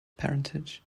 parentage